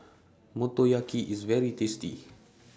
Motoyaki IS very tasty